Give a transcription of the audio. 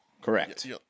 Correct